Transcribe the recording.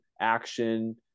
action